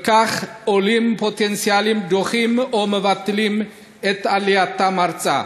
וכך עולים פוטנציאליים דוחים או מבטלים את עלייתם ארצה.